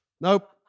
Nope